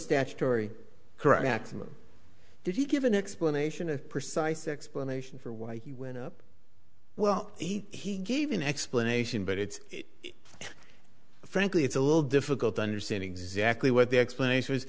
statutory correction or did he give an explanation of precise explanation for why he went up well he gave an explanation but it's frankly it's a little difficult to understand exactly what the explanation was